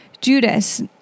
Judas